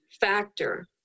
factor